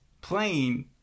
playing